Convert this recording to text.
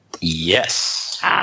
Yes